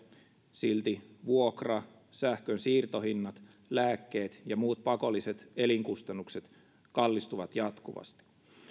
silti vuokrat sähkön siirtohinnat lääkkeet ja muut pakolliset elinkustannukset kallistuvat jatkuvasti